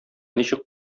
ничек